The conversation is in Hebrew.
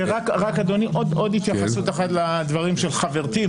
רק, אדוני, עוד התייחסות אחת לדברים של חברתי.